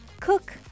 cook